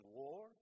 war